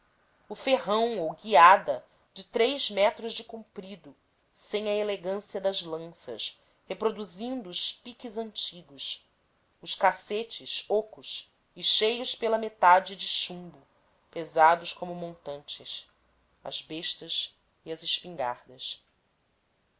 o ferrão ou guiada de três metros de